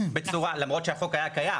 למרות שהחוק היה קיים,